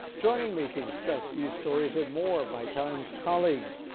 joining me to discuss these stories and more, my times colleagues.